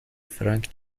فرانک